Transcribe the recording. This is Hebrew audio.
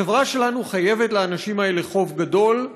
החברה שלנו חייבת לאנשים האלה חוב גדול,